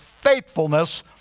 faithfulness